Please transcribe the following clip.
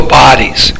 bodies